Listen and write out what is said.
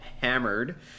hammered